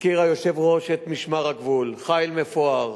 הזכיר היושב-ראש את משמר הגבול, חיל מפואר,